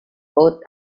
both